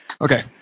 Okay